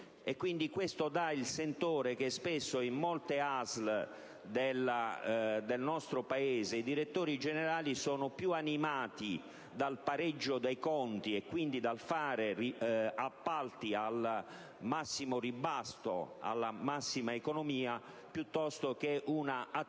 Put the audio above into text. sentore del fatto che spesso in molte ASL del nostro Paese i direttori generali sono più orientati dal pareggio dei conti e quindi a fare appalti al massimo ribasso, per la massima economia piuttosto che a porre